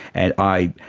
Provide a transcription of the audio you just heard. and i